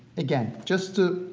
again, just to